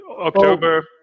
october